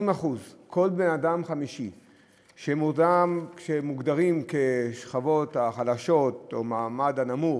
20% כל בן-אדם חמישי שמוגדרים כשכבות החלשות או המעמד הנמוך,